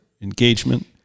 engagement